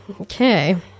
Okay